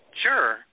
sure